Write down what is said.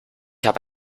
habe